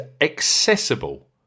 accessible